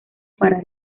para